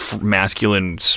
masculine